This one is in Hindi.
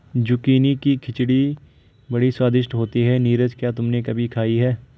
जुकीनी की खिचड़ी बड़ी स्वादिष्ट होती है नीरज क्या तुमने कभी खाई है?